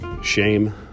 shame